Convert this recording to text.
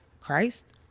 Christ